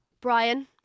Brian